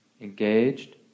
Engaged